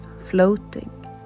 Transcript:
floating